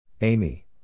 Amy